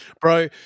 Bro